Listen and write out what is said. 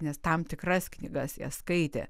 nes tam tikras knygas jas skaitė